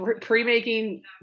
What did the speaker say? pre-making